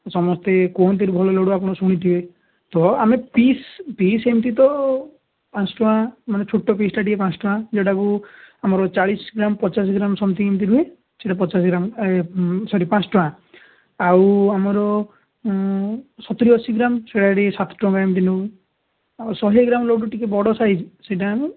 ସମସ୍ତେ କୁହନ୍ତି ଭଲ ଲଡ଼ୁ ଆପଣ ଶୁଣିଥିବେ ତ ଆମେ ପିସ୍ ପିସ୍ ଏମିତି ତ ପାଞ୍ଚ ଟଙ୍କା ମାନେ ଛୋଟ ପିସ୍ଟା ଟିକେ ପାଞ୍ଚ ଟଙ୍କା ଯେଟାକୁ ଆମର ଚାଳିଶ ଗ୍ରାମ୍ ପଚାଶ ଗ୍ରାମ୍ ସମଥିଙ୍ଗ ଏମିତି ରୁହେ ସେଟା ପଚାଶ ଗ୍ରାମ୍ ସରୀ ପାଞ୍ଚ ଟଙ୍କା ଆଉ ଆମର ସତୁରୀ ଅଶୀ ଗ୍ରାମ୍ ସେଇଟା ଟିକେ ସାତଟଙ୍କା ଏମିତି ନେଉ ଆଉ ଶହେ ଗ୍ରାମ୍ ଲଡ଼ୁ ଟିକେ ବଡ଼ ସାଇଜ୍ ସେଇଟା ଆମେ